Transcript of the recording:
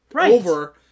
over